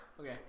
Okay